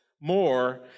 more